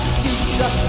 future